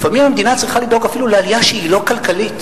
לפעמים המדינה צריכה לדאוג אפילו לעלייה שהיא לא כלכלית,